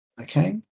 Okay